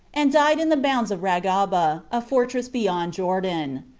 and died in the bounds of ragaba, a fortress beyond jordan.